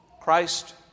Christ